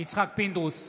יצחק פינדרוס,